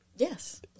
Yes